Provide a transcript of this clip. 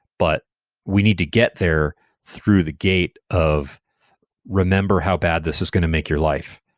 but we need to get there through the gate of remember how bad this is going to make your life.